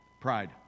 pride